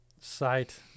site